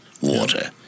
water